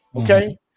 Okay